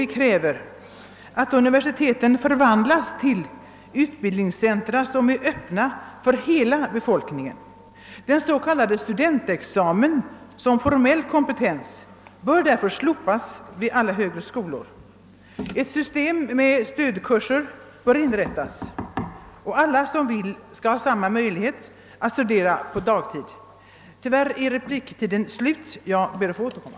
Vi kräver att universiteten förvandlas till utbildningscentra som är öppna för hela befolkningen. Den s.k. studentexamen bör därför slopas som formell kompetens för tillträde till högre skolor. Ett system med stödkurser bör inrättas och alla som vill skall ha samma möjlighet att studera på dagtid. Tyvärr är repliktiden nu slut, men jag ber att få återkomma.